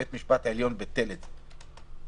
בית המשפט העליון ביטל את זה.